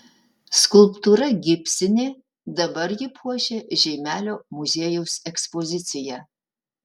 skulptūra gipsinė dabar ji puošia žeimelio muziejaus ekspoziciją